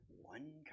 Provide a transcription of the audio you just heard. one